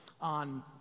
on